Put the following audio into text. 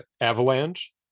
Avalanche